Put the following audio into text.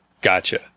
gotcha